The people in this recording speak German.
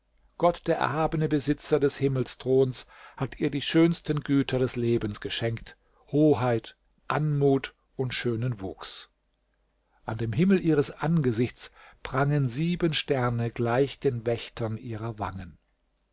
gott der erhabene besitzer des himmelsthrons hat ihr die schönsten güter des lebens geschenkt hoheit anmut und schönen wuchs an dem himmel ihres angesichts prangen sieben sterne gleich den wächtern ihrer wangen